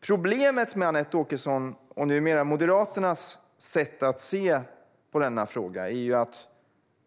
Problemet med Anette Åkessons och numera Moderaternas sätt att se på denna fråga är att